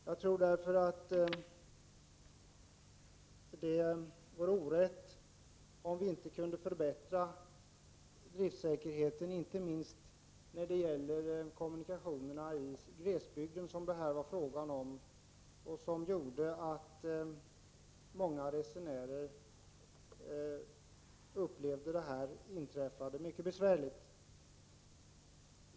Det vore oriktigt att inte försöka förbättra driftsäkerheten — och detta gäller inte minst kommunikationerna i glesbygden, som det var fråga om i interpellationen. Resenärerna upplevde det inträffade som mycket besvärligt.